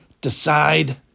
decide